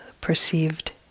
perceived